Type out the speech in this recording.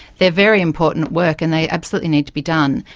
they are very important work and they absolutely need to be done.